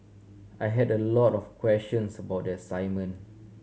I had a lot of questions about the assignment